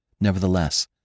Nevertheless